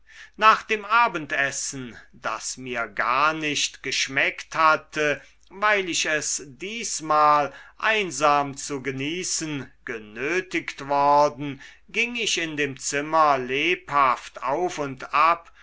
nach dem abendessen das mir gar nicht geschmeckt hatte weil ich es diesmal einsam zu genießen genötigt worden ging ich in dem zimmer lebhaft auf und ab